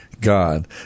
God